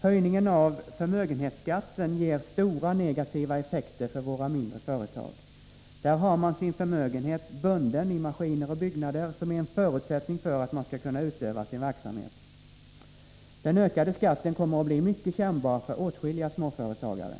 Höjningen av förmögenhetsskatten ger stora negativa effekter för våra mindre företag. Där har man sin förmögenhet bunden i maskiner och byggnader som är en förutsättning för att man skall kunna utöva sin verksamhet. Den ökade skatten kommer att bli mycket kännbar för åtskilliga småföretagare.